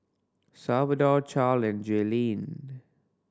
Salvador Charle and Jaelynn